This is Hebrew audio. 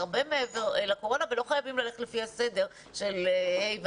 זה הרבה מעבר לקורונה ולא חייבים ללכת לפי הסדר של ה',